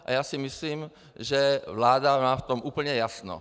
A já si myslím, že vláda má v tom úplně jasno.